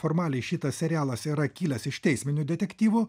formaliai šitas serialas yra kilęs iš teisminių detektyvų